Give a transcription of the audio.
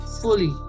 fully